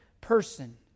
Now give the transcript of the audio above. person